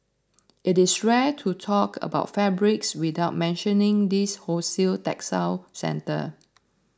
it is rare to talk about fabrics without mentioning this wholesale textile centre